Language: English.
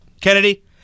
Kennedy